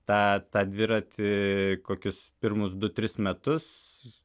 tą tą dviratį kokius pirmus du tris metus